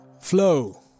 flow